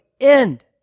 end